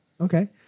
Okay